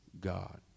God